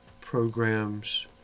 programs